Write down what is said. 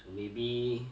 maybe